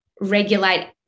regulate